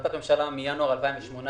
החלטת הממשלה מינואר 2018,